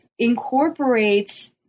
incorporates